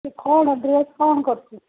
ୟେ କ'ଣ ଡ୍ରେସ୍ କ'ଣ କରିଛୁ